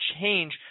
change